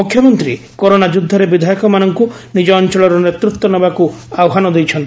ମୁଖ୍ୟମନ୍ତୀ କରୋନା ଯୁଦ୍ଧରେ ବିଧାୟକମାନଙ୍କୁ ନିକ ଅଅଳର ନେତୃତ୍ୱ ନେବାକୁ ଆହ୍ବାନ ଦେଇଛନ୍ତି